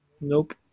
Nope